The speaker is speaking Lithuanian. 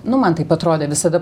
nu man taip atrodė visada